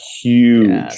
huge